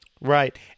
Right